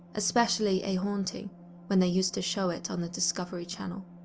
especially a haunting when they use to show it on the discovery channel.